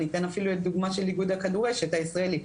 אני אתן אפילו דוגמה של הכדורשת הישראלי.